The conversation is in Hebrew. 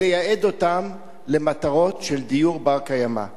ולייעד אותם למטרות של דיור בר-קיימא,